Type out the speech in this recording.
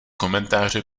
komentáře